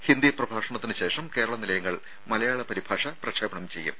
ഹിന്ദി പ്രഭാഷണത്തിനുശേഷം കേരള നിലയങ്ങൾ മലയാള പരിഭാഷ പ്രക്ഷേപണം ചെയ്യും